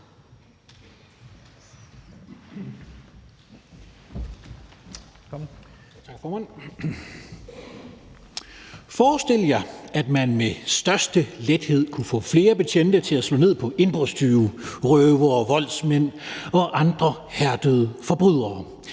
Forestil jer, at man med den største lethed kunne få flere betjente til at slå ned på indbrudstyve, røvere, voldsmænd og andre hærdede forbrydere,